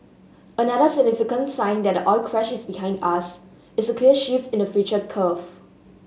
another significant sign that the oil crash is behind us is clear shift in the future curve